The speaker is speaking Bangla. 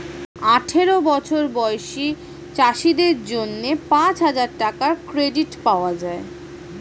আঠারো বছর বয়সী চাষীদের জন্য পাঁচহাজার টাকার ক্রেডিট পাওয়া যায়